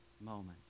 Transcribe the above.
moment